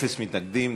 אפס מתנגדים,